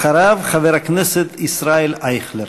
אחריו, חבר הכנסת ישראל אייכלר.